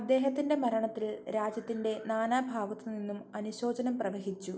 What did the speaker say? അദ്ദേഹത്തിൻ്റെ മരണത്തിൽ രാജ്യത്തിൻ്റെ നാനാഭാഗത്തുനിന്നും അനുശോചനം പ്രവഹിച്ചു